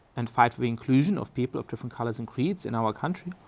and fight for inclusion of people of different colors and creeds in our country.